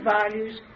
values